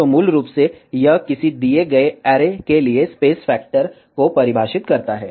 तो मूल रूप से यह किसी दिए गए ऐरे के लिए स्पेस फैक्टर को परिभाषित करता है